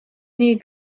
nii